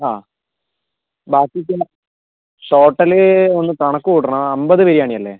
അ ബാക്കിയൊക്കെ ടോട്ടല് ഒന്ന് കണക്കൂട്ടണം അമ്പത് ബിരിയാണിയല്ലേ